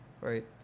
right